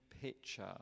picture